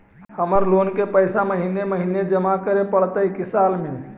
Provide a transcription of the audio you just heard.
हमर लोन के पैसा महिने महिने जमा करे पड़तै कि साल में?